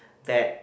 that